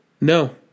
No